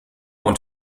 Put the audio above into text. want